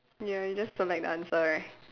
ya you just select the answer right